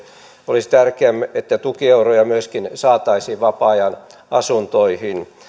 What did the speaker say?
olisi tärkeää että tukieuroja saataisiin myöskin vapaa ajanasuntoihin